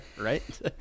Right